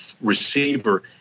receiver